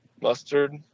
mustard